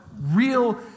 real